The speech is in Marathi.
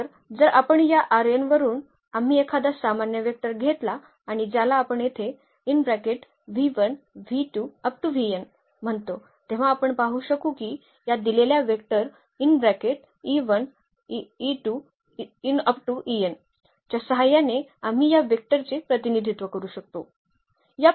तर जर आपण या वरून आम्ही एखादा सामान्य वेक्टर घेतला आणि ज्याला आपण येथे म्हणतो तेव्हा आपण पाहू शकू की या दिलेल्या वेक्टर च्या सहाय्याने आम्ही या वेक्टरचे प्रतिनिधित्व करू शकतो